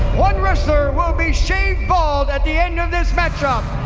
one wrestler will be shaved bald at the end of this matchup.